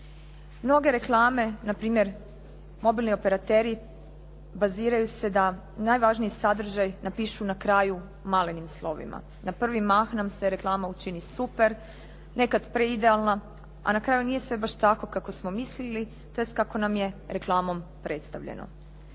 Mnoge reklame npr. mobilni operateri baziraju se da najvažniji sadržaj napišu na kraju malenim slovima. Na prvi mah nam se reklama učini super, nekada preidealna, a na kraju nije baš sve tako kako smo mislili, tj. kako nam je reklamom predstavljeno.